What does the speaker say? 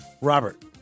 Robert